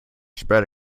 spread